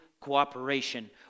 cooperation